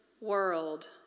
world